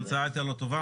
התוצאה הייתה לא טובה.